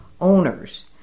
owners